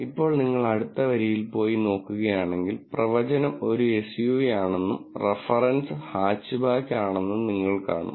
ഇപ്പോൾ നിങ്ങൾ അടുത്ത വരിയിൽ പോയി ഇത് നോക്കുകയാണെങ്കിൽ പ്രവചനം ഒരു എസ്യുവി ആണെന്നും റഫറൻസ് ഹാച്ച്ബാക്ക് ആണെന്നും നിങ്ങൾ കാണും